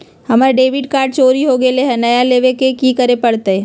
हमर debit card चोरी हो गेले हई, नया लेवे ल की करे पड़तई?